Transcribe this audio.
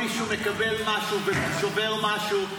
ומישהו לא מקבל משהו ושובר משהו,